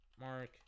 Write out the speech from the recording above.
Mark